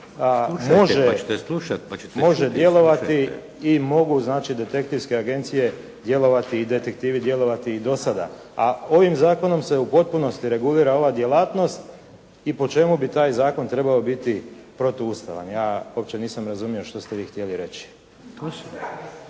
djelovati i detektivi djelovati i do sada. A ovim zakonom se u potpunosti regulira ova djelatnost i po čemu bi taj zakon trebao biti protuustavan. Ja uopće nisam razumio što ste vi htjeli reći.